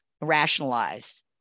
rationalize